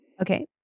okay